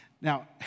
Now